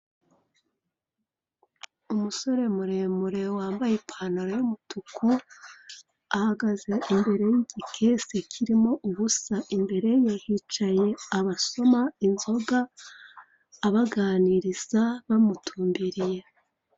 Umusore muremure wambaye ipantaro y'umutuku ahagaze imbere y'igikesi kirimo ubusa, imbere ye hicaye abasoma inzoga abaganiriza bamutumbiriye.